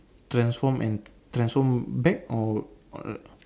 transform and transform back or or like